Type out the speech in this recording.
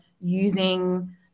using